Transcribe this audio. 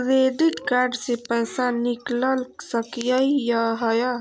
Credit card से पैसा निकल सकी हय?